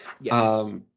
Yes